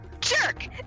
jerk